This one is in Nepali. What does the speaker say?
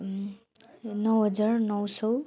नौ हजार नौ सौ